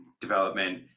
development